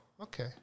okay